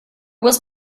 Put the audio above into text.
was